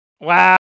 Wow